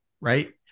right